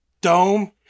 dome